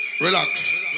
Relax